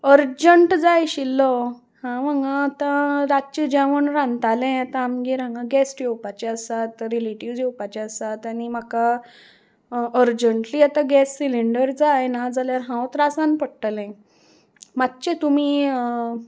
urgent जाय आशिल्लो हांव हांगा आतां रातचें जेवण रांदतालें आतां आमगेर हांगा गॅस्ट येवपाचे आसात रिलेटिव्ज येवपाचे आसात आनी म्हाका अर्जंटली आतां गॅस सिलींडर जाय न जाल्यार हांव त्रासान पडटलें मात्शें तुमी